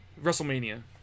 wrestlemania